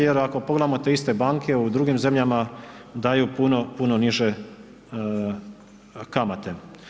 Jer ako pogledamo te iste banke u drugim zemljama daju puno niže kamate.